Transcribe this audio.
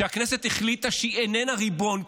שהכנסת החליטה שהיא איננה ריבון.